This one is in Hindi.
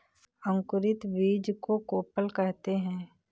अंकुरित बीज को कोपल कहते हैं